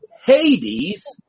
Hades